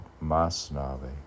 Masnavi